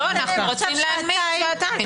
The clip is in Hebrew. לא, אנחנו רוצים לנמק שעתיים.